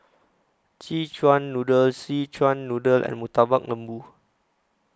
Szechuan Noodle Szechuan Noodle and Murtabak Lembu